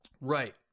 right